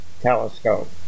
telescope